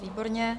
Výborně.